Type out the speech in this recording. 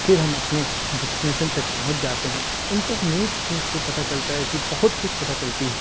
پھر ہم اپنے ڈیسٹینیسن تک پہنچ جاتے ہیں انٹرنیٹ سے پتہ چلتا ہے کہ بہت کچھ پتہ چلتی ہے